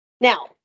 Now